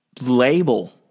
label